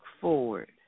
forward